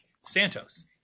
santos